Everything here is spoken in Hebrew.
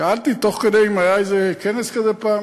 שאלתי תוך כדי אם היה איזה כנס כזה פעם,